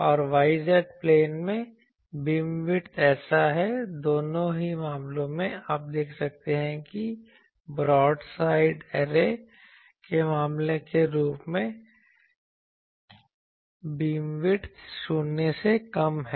और y z plane में beamwidth ऐसा है दोनों ही मामलों में आप देख सकते हैं कि ब्रॉड साइड ऐरे के मामले के रूप में बीमविड्थ शून्य से कम है